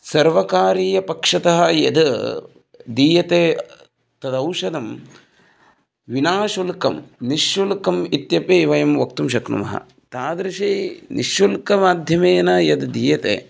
सर्वकारीयपक्षतः यद् दीयते तदौषधं विना शुल्कं निःशुल्कम् इत्यपि वयं वक्तुं शक्नुमः तादृशेन निःशुल्कमाध्यमेन यद् दीयते